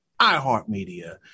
iHeartMedia